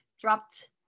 Dropped